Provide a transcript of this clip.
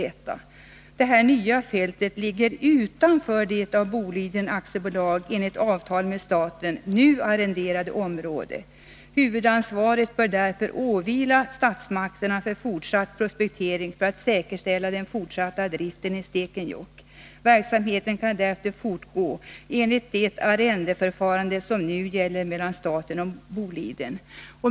Detta nya fält ligger utanför det av Boliden AB enligt avtal med staten nu arrenderade området. Huvudansvaret för fortsatt prospektering för att säkerställa den fortsatta driften i Stekenjokk bör därför åvila statsmakterna. Verksamheten kan därefter fortgå enligt det arrendeförfarande som nu gäller mellan staten och Boliden.